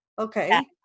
okay